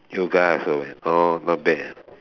yoga also orh not bad